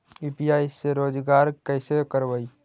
UPI से रोजगार कैसे करबय?